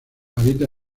habita